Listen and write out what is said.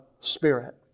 Spirit